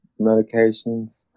medications